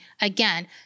again